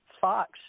Fox